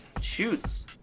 shoots